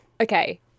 Okay